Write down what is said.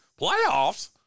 Playoffs